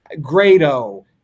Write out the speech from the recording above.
Grado